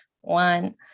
one